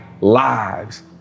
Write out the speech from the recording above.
lives